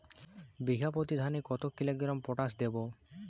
বিঘাপ্রতি ধানে কত কিলোগ্রাম পটাশ দেবো?